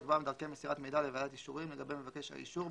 יקבע דרכי מסירת מידע לוועדת אישורים לגבי מבקש האישור,